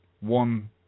one